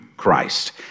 Christ